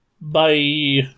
Bye